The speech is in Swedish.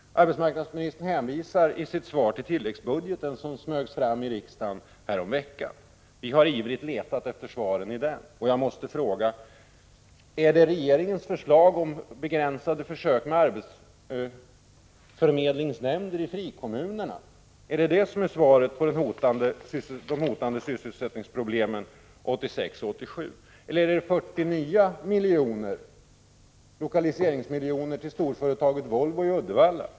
Arbetsmarknadsministern hänvisar i sitt svar till den tilläggsbudget som smögs fram i riksdagen häromveckan. Vi har ivrigt letat efter svaren i den, och jag måste fråga: Är det regeringens förslag om begränsade försök med arbetsförmedlingsnämnder i frikommunerna som är svaret när det gäller de hotande sysselsättningsproblemen 1986-1987? Eller är det de 40 nya lokaliseringsmiljonerna till storföretaget Volvo i Uddevalla?